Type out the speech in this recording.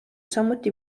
samuti